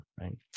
right